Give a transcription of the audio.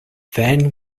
then